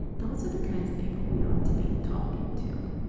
those are the kinds of people we ought to be talking to,